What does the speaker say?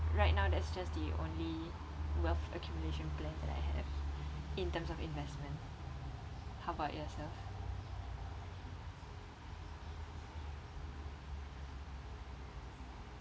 right now that's just the only wealth accumulation plan that I have in terms of investment how about yourself